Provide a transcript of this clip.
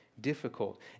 difficult